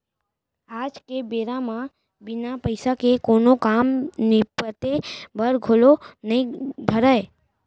आज के बेरा म बिना पइसा के कोनों काम निपटे बर घलौ नइ धरय